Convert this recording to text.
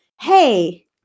hey